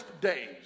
days